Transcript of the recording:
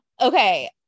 okay